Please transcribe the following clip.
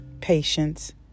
patience